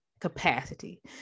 capacity